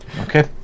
Okay